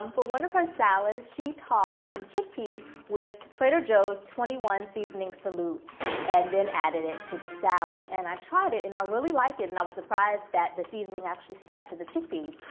but one of her salads, she tossed some chickpeas with trader joe's twenty one seasoning salute and then added it to the salad. and i tried it and i really liked it and i was surprised that the seasoning actually stuck to the chickpeas.